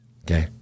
okay